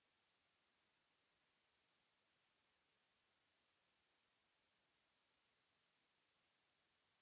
...